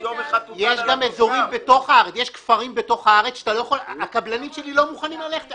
יש כפרים בתוך הארץ שהקבלנים שלי לא מוכנים ללכת אליהם.